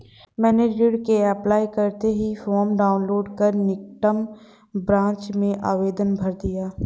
मैंने ऋण के अप्लाई करते ही फार्म डाऊनलोड कर निकटम ब्रांच में आवेदन भर दिया